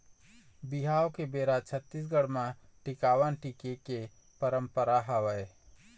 बिहाव के बेरा छत्तीसगढ़ म टिकावन टिके के पंरपरा हवय